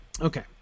Okay